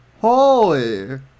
Holy